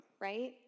right